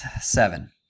Seven